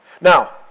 Now